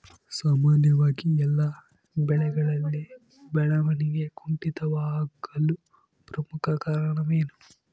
ಸಾಮಾನ್ಯವಾಗಿ ಎಲ್ಲ ಬೆಳೆಗಳಲ್ಲಿ ಬೆಳವಣಿಗೆ ಕುಂಠಿತವಾಗಲು ಪ್ರಮುಖ ಕಾರಣವೇನು?